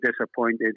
disappointed